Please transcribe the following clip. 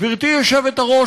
גברתי היושבת-ראש,